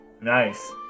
Nice